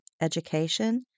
education